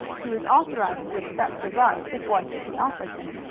he was authorized to accept a ride if one should be offered him.